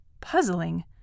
puzzling